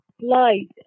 light